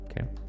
Okay